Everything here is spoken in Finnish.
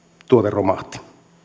romahti